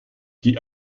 die